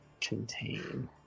Contain